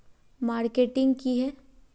Marketing की है?